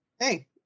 hey